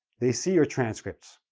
they see your transcripts.